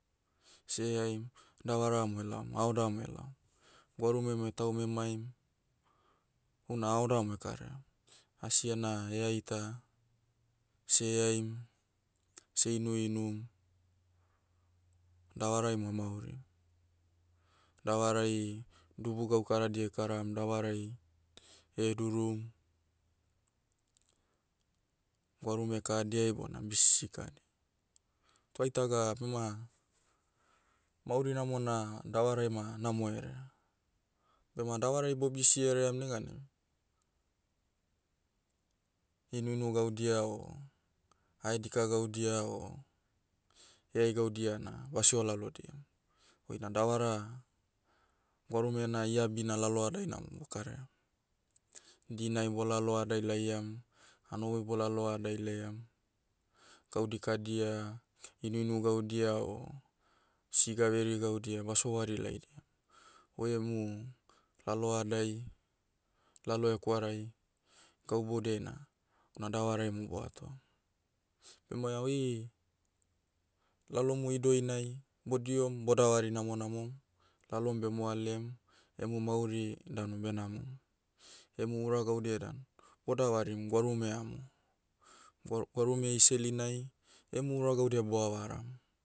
Seaim, davara mo elaom haoda mo elaom. Gwarume mo etaum emaim, houna aoda mo ekaraiam. Asiena heai ta, seaim, seh inuinum, davarai mo amaurim. Davarai, dubu gaukaradia ekaram, davarai, hedurum, gwarume kahadiai bona bisisi kadi. Toh aitaga, bema, mauri namona davarai ma namoherea. Bema davarai bobisi heream neganai, inuinu gaudia o, haedika gaudia o, heai gaudia na basio lalodiam. Oina davara, gwarumena iabina lalohadaina mo bokaraiam. Dinai bolalohadai laiam, hanoboi bolalohadai laiam, gau dikadia, inuinu gaudia o, siga veri gaudia basio wari laidiam. Oiemu, lalohadai, lalo hekwarai, gau boudiai na, ona davarai mo bohatoam. Bema oi, lalomu idoinai, bodihom bodavari namonamom, lalom bemoalem, emu mauri danu benamom. Emu ura gaudia dan, bodavarim gwarume amo. Gwaru- gwarume iselinai, emu ura gaudia bohavaram.